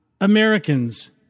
Americans